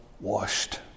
washed